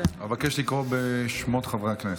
אבקש לקרוא בשמות חברי הכנסת.